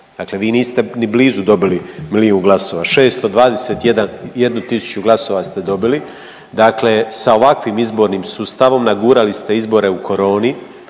dakle vi niste ni blizu dobili milijun glasova, 621 tisuću glasova ste dobili. Dakle sa ovakvim izbornim sustavom nagurali ste izbore u koroni,